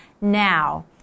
Now